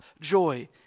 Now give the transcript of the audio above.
joy